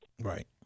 right